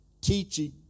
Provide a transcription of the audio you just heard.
teaching